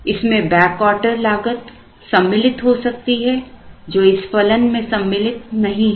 इस में बैकऑर्डर लागत सम्मिलित हो सकती हैं जो इस फलन में सम्मिलित नहीं है